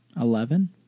Eleven